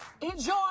enjoy